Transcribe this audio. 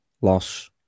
loss